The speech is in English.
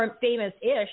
famous-ish